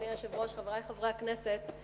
אדוני היושב-ראש, חברי חברי הכנסת,